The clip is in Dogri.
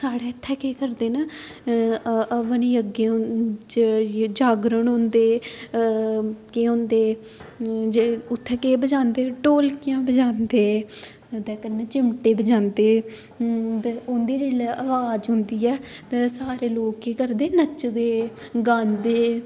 साढे इत्थे केह् करदे न हवन जग्ग च जागरन होंदे केह् होंदे उत्थे केह् बजांदे ढोलकियां बजांदे ते कन्नै चिमटे बजांदे ते उं'दी जेल्लै अवाज औंदी ऐ ते सारे लोक केह् करदे नचदे गांदे